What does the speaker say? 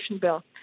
bill